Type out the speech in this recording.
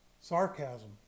Sarcasm